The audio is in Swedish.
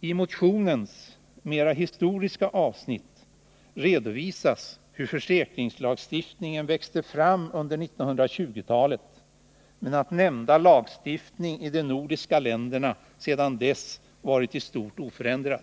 I motionens mer historiska avsnitt redovisas hur försäkringslagstiftningen växte fram under 1920-talet, men det framhålls också att nämnda lagstiftning i de nordiska länderna sedan dess i stort sett förblivit oförändrad.